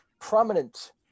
prominent